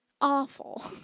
awful